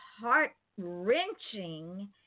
heart-wrenching